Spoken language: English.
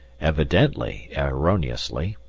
evidently erroneously,